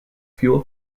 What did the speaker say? fuel